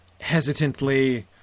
hesitantly